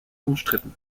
umstritten